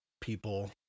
people